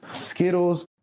Skittles